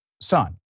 son